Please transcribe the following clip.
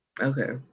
okay